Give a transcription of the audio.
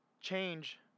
change